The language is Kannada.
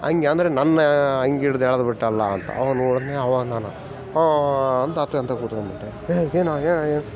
ಹಂಗೇ ಅಂದರೆ ನನ್ನ ಅಂಗಿ ಹಿಡ್ದ್ ಎಳೆದ್ ಬಿಟ್ಟಲ್ಲಾ ಅಂತ ಅವನು ನೋಡಿದ್ರೆ ಅವ ಅಂದಾನ ಹೋ ಅಂತ ಅತ್ಕಂತ ಕೂತ್ಕೊಂಡು ಬಿಟ್ಟೆ ಹೇಯ್ ಏನೋ ಏನೊ ನೀನು